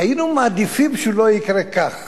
היינו מעדיפים שהוא לא יקרה כך.